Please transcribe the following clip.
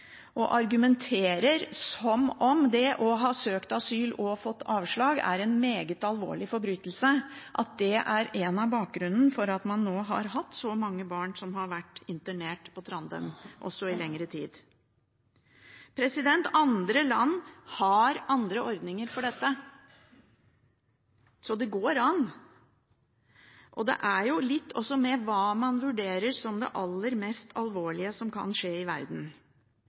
og som argumenterer som om det å ha søkt asyl og fått avslag er en meget alvorlig forbrytelse. Det er noe av bakgrunnen for at så mange barn har vært internert på Trandum, også i lengre tid. Andre land har andre ordninger for dette, så det går an. Og det har litt å gjøre med hva man vurderer som det aller mest alvorlige som kan skje i verden.